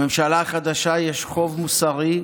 לממשלה החדשה יש חוב מוסרי,